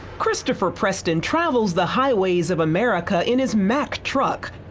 christopher preston travels the highways of america in his mac truck.